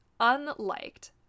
unliked